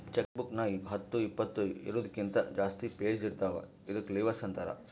check book ನಾಗ್ ಹತ್ತು ಇಪ್ಪತ್ತು ಇದೂರ್ಕಿಂತ ಜಾಸ್ತಿ ಪೇಜ್ ಇರ್ತಾವ ಇದ್ದುಕ್ ಲಿವಸ್ ಅಂತಾರ್